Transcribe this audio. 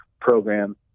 program